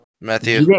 Matthew